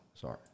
sorry